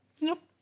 Nope